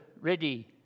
ready